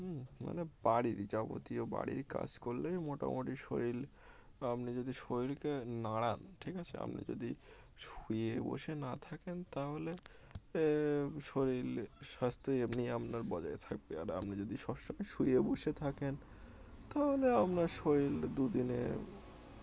হুম মানে বাড়ির যাবতীয় বাড়ির কাজ করলেই মোটামুটি শরীর আপনি যদি শরীরকে নাড়ান ঠিক আছে আপনি যদি শুয়ে বসে না থাকেন তাহলে শরীর স্বাস্থ্য এমনি আপনার বজায় থাকবে আর আপনি যদি সবসময় শুয়ে বসে থাকেন তাহলে আপনার শরীর দুদিনে